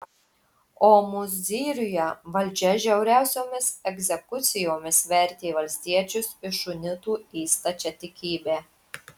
o mozyriuje valdžia žiauriausiomis egzekucijomis vertė valstiečius iš unitų į stačiatikybę